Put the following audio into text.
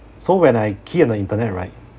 so when I key in the internet right